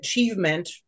achievement